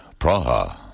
Praha